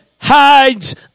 hides